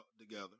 together